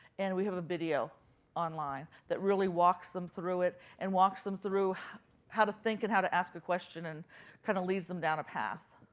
and we have a video online that really walks them through it and walks them through how to think and how to ask a question and kind of leads them down a path.